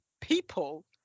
people